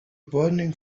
burning